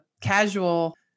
casual